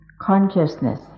consciousness